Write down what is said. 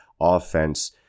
offense